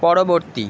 পরবর্তী